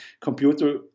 computer